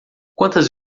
quantas